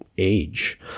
Age